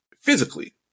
physically